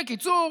בקיצור,